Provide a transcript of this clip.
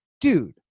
dude